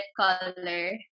color